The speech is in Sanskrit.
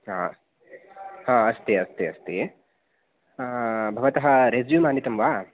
हा हा अस्ति अस्ति अस्ति भवतः रेस्यूम् आनितं वा